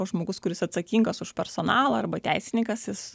žmogus kuris atsakingas už personalą arba teisininkas jis